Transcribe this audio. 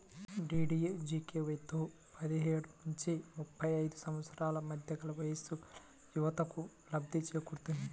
డీడీయూజీకేవైతో పదిహేను నుంచి ముప్పై ఐదు సంవత్సరాల మధ్య వయస్సుగల యువతకు లబ్ధి చేకూరుతుంది